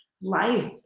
Life